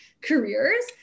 careers